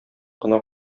кына